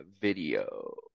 Video